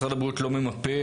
משרד הבריאות לא ממפה,